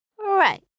Right